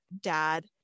dad